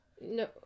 No